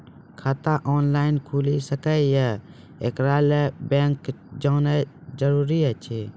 खाता ऑनलाइन खूलि सकै यै? एकरा लेल बैंक जेनाय जरूरी एछि?